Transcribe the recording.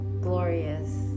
glorious